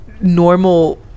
normal